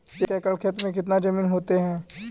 एक एकड़ खेत कितनी जमीन होते हैं?